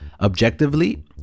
Objectively